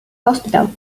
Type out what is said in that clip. hospital